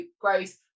growth